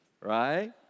right